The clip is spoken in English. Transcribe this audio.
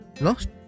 lost